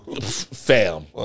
Fam